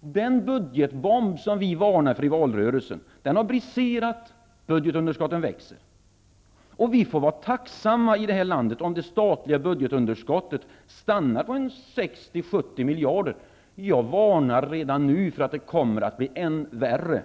Den budgetbomb som vi varnade för i valrörelsen har briserat och budgetunderskotten växer. Vi får vara tacksamma om det statliga budgetunderskottet i landet stannar på 60--70 miljarder. Jag varnar redan nu för att det kommer att bli än värre.